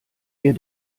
ihr